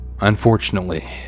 Unfortunately